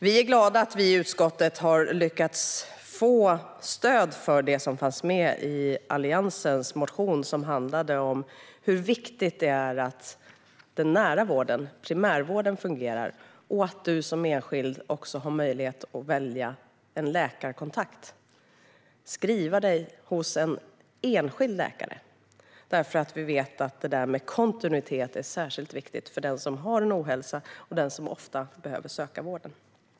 Vi är glada över att vi i utskottet har lyckats få stöd för det som fanns med i Alliansens motion som handlade om hur viktigt det är att den nära vården, primärvården, fungerar och att du som enskild också har möjlighet att välja en läkarkontakt och skriva in dig hos en enskild läkare. Vi vet nämligen att kontinuitet är särskilt viktigt för den som har en ohälsa och ofta behöver söka vård.